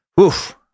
Oof